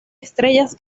estrellas